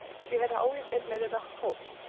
she had always admitted a hope,